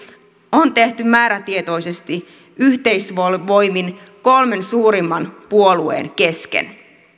on tehty määrätietoisesti yhteisvoimin kolmen suurimman puolueen kesken